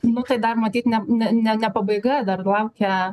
nu tai dar matyt ne ne ne ne pabaiga dar laukia